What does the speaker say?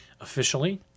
officially